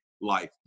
life